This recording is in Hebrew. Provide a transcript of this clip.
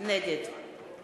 נגד